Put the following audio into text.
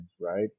right